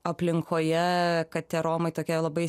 aplinkoje kad tie romai tokia labai